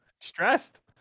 Stressed